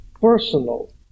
personal